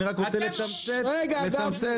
אני רק רוצה לתמצת --- האוזר,